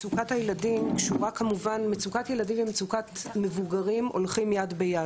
מצוקת ילדים ומצוקת מבוגרים הולכות יד ביד